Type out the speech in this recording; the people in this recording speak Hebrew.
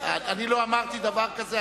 אני לא אמרתי דבר כזה.